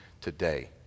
today